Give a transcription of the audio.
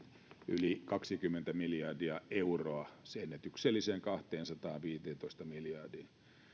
yli kaksikymmentä miljardia euroa ennätykselliseen kahteensataanviiteentoista miljardiin